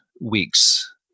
week's